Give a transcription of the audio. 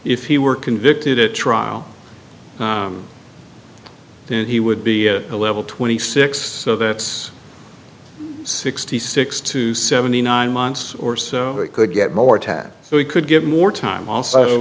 if he were convicted at trial then he would be a level twenty six so that's sixty six to seventy nine months or so it could get more tat so he could get more time also